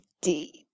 deep